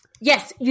Yes